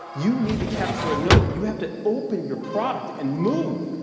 you need to capture a note. you have to open your product and move.